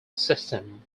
system